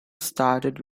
started